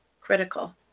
Critical